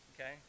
okay